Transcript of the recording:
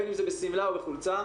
בין אם בשמלה ובין אם בחולצה.